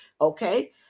okay